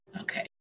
Okay